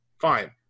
Fine